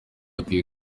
akwiye